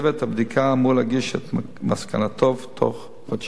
צוות הבדיקה אמור להגיש את מסקנתו בתוך חודשיים.